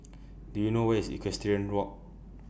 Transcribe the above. Do YOU know Where IS Equestrian Walk